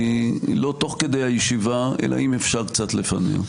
לא תוך כדי הישיבה, אלא אם אפשר קצת לפניה.